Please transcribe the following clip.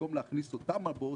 במקום להכניס אותם לבוץ,